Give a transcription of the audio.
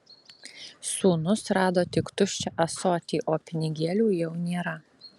sūnus rado tik tuščią ąsotį o pinigėlių jau nėra